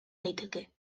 daiteke